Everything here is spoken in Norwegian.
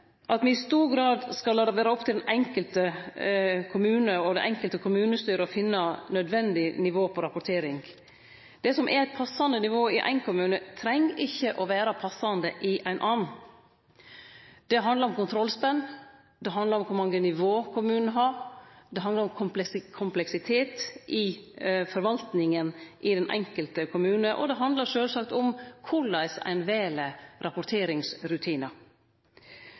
at me i stor grad skal la det vere opp til dei enkelte kommunane og dei enkelte kommunestyra å finne nødvendig nivå på rapporteringa. Det som er eit passande nivå i ein kommune, treng ikkje å vere passande i ein annan. Det handlar om kontrollspenn, det handlar om kor mange nivå kommunen har, det handlar om kompleksitet i forvaltninga i den enkelte kommunen, og det handlar sjølvsagt om korleis ein vel rapporteringsrutinar.